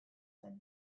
zen